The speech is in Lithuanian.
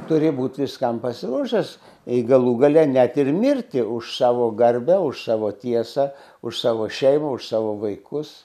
turi būt viskam pasiruošęs jei galų gale net ir mirti už savo garbę už savo tiesą už savo šeimą už savo vaikus